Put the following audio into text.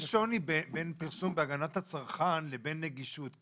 יש שוני בין פרסום בהגנת הצרכן לבין נגישות.